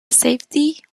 safety